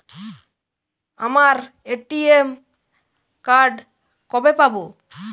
আমার ATM card কবে পাব?